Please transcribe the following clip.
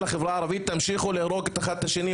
לחברה הערבית "תמשיכו להרוג אחד את השני".